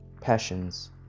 Passions